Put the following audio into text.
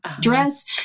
dress